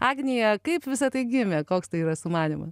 agnija kaip visa tai gimė koks tai yra sumanymas